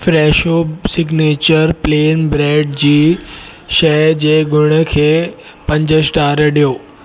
Fresho signature plain bread शइ जे गुण खे पंज स्टार ॾियो